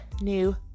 new